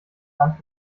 land